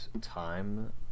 time